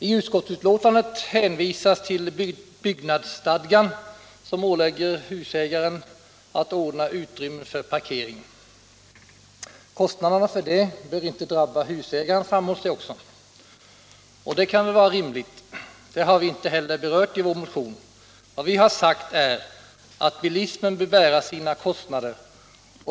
I utskottsbetänkandet hänvisas till byggnadsstadgan som ålägger husägaren att ordna utrymme för parkering. Kostnaderna för det behöver inte drabba husägaren, framhålls det också. Detta kan väl vara rimligt. Det har vi inte heller berört i vår motion. Vad vi har sagt är att bilismen bör bära sina kostnader.